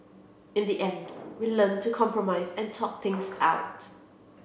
in the end we learnt to compromise and talk things out